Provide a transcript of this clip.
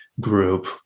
group